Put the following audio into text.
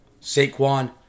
Saquon